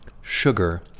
sugar